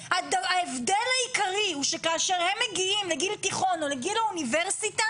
ההבדל העיקרי הוא שכאשר הם מגיעים לגיל תיכון או לגיל האוניברסיטה